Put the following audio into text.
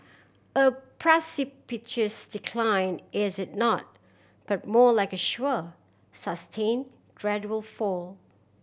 a precipitous decline is it not but more like a sure sustain gradual fall